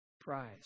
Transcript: prize